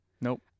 Nope